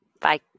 Bye